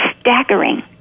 staggering